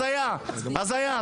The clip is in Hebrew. הזיה, הזיה.